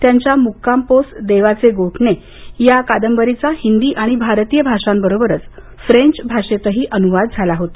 त्यांच्या मुक्काम पोस्ट देवाचे गोठणे या कादंबरीचा हिंदी आणि भारतीय भाषांबरोबरच फ्रेंच भाषेतही अनुवाद झाला होता